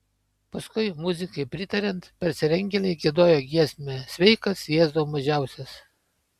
paskui muzikai pritariant persirengėliai giedojo giesmę sveikas jėzau mažiausias